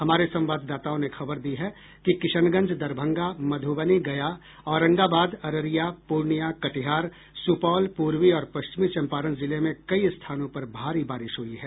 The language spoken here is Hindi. हमारे संवाददाताओं ने खबर दी है कि किशनगंज दरभंगा मधुबनी गया औरंगाबाद अररिया पूर्णिया कटिहार सुपौल पूर्वी और पश्चिमी चंपारण जिले में कई स्थानों पर भारी बारिश हुई है